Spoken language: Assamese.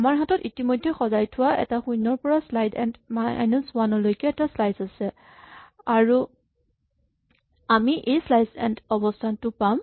আমাৰ হাতত ইতিমধ্যে সজাই থোৱা এটা শূণ্যৰ পৰা স্লাইচ এন্ড মাইনাচ ৱান লৈকে এটা স্লাইচ আছে আৰু আমি এই স্লাইচ এন্ড অৱস্হানটো পাম